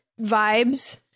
vibes